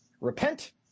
repent